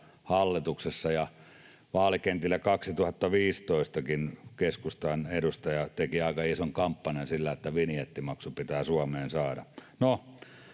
hallituksessa, ja vaalikentillä 2015:kin keskustan edustaja teki aika ison kampanjan sillä, että vinjettimaksu pitää Suomeen saada.